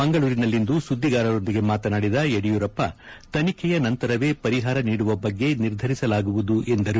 ಮಂಗಳೂರಿನಲ್ಲಿಂದು ಸುದ್ದಿಗಾರರೊಂದಿಗೆ ಮಾತನಾಡಿದ ಯಡಿಯೂರಪ್ಪ ತನಿಖೆಯ ನಂತರವೇ ಪರಿಹಾರ ನೀಡುವ ಬಗ್ಗೆ ನಿರ್ಧರಿಸಲಾಗುವುದು ಎಂದರು